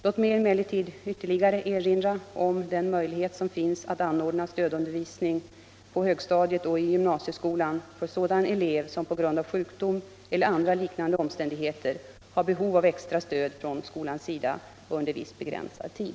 Låt mig emellertid ytterligare erinra om den möjlighet som finns att anordna stödundervisning på högstadiet och i gymnasieskolan för sådan elev som på grund av sjukdom eller andra liknande omständigheter har behov av extra stöd från skolans sida under viss begränsad tid.